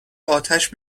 اتش